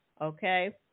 okay